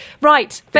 right